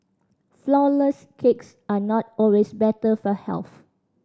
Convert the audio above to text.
flourless cakes are not always better for health